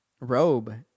robe